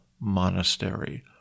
Monastery